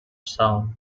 sound